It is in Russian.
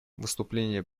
выступление